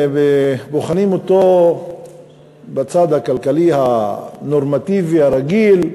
בוחנים אותו בצד הכלכלי הנורמטיבי הרגיל,